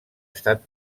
estat